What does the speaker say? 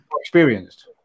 experienced